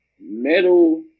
metal